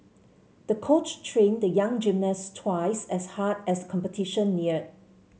the coach trained the young gymnast twice as hard as the competition neared